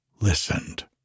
listened